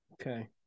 Okay